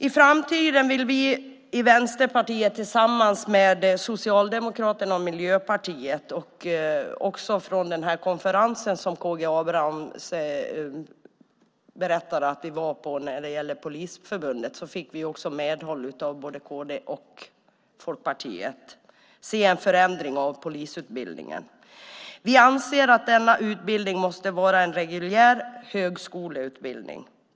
I framtiden vill vi i Vänsterpartiet tillsammans med Socialdemokraterna och Miljöpartiet - på Polisförbundets konferens, som K G Abramsson berättade om, fick vi medhåll från både Kristdemokraterna och Folkpartiet - se en förändring av polisutbildningen. Vi anser att denna utbildning måste vara en reguljär högskoleutbildning.